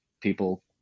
people